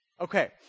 okay